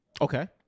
Okay